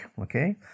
Okay